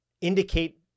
indicate